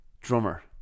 drummer